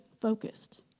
focused